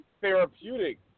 therapeutic